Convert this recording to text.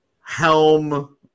Helm